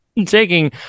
taking